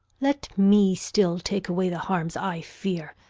let me still take away the harms i fear,